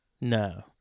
No